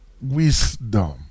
wisdom